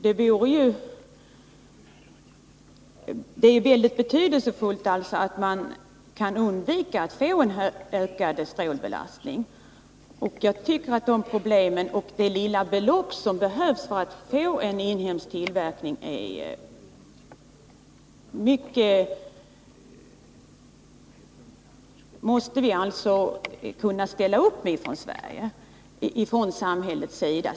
Det är alltså mycket betydelsefullt att man kan undvika en ökning av denna. Jag tycker att samhället måste kunna ställa upp och betala det lilla belopp som behövs för att vi skall få ha en inhemsk tillverkning.